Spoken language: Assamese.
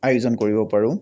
আয়োজন কৰিব পাৰোঁ